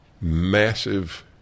massive